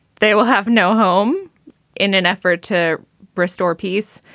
they will have no home in an effort to restore peace.